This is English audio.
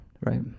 right